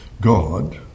God